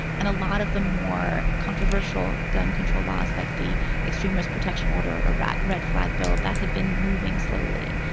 and a lot of the more controversial gun control laws, like the extreme risk protection order, a rat red flag bill that had been moving slowly.